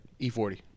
E40